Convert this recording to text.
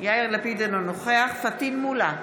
אינו נוכח פטין מולא,